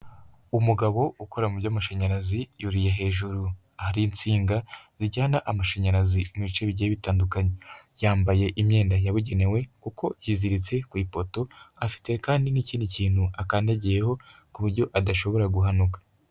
Umugabo ukora mu by'amashanyarazi yuriye hejuru ahari insinga zijyana amashanyarazi mu bice bigiye bitandukanye, yambaye imyenda yabugenewe kuko yiziritse ku ipoto afite kandi n'ikindi kintu akandagiyeho ku buryo adashobora guhanuka.